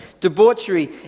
debauchery